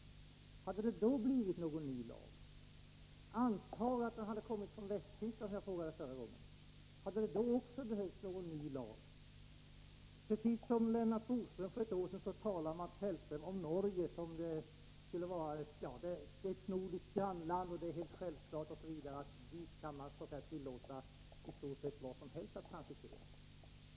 Hade det då blivit någon ny lag? Och antag att materielen hade kommit från Västtyskland, som jag sade förra gången. Hade det då också behövts någon ny lag? Precis som Lennart Bodström för ett år sedan talar Mats Hellström om Norge. Det är ett nordiskt grannland, och det är helt självklart att dit kan man tillåta att det transiteras i stort sett vad som helst.